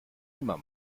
immer